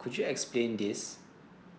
could you explain this